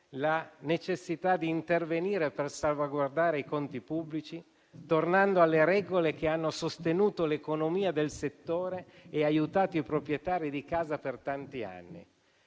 la necessità di intervenire per salvaguardare i conti pubblici tornando alle regole che hanno sostenuto l'economia del settore e aiutato i proprietari di casa per tanti anni.